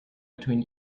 between